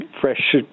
fresh